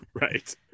Right